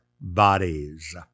bodies